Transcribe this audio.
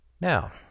Now